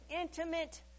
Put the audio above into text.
intimate